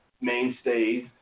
mainstays